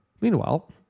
Meanwhile